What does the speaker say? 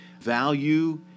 value